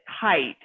height